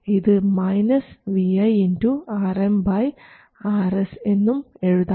ഇത് Vi Rm Rs എന്നും എഴുതാം